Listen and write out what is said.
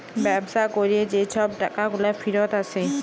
ব্যবসা ক্যরে যে ছব টাকাগুলা ফিরত আসে